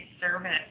service